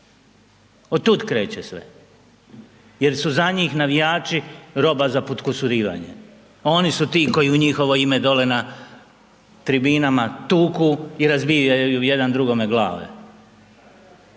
Otud kreće sve. Jer su za njih navijači roba za podkusurivanje. A oni su ti koji u njihovo ime dolje na tribinama tuku i razbijaju jedan drugome glave.